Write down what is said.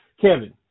Kevin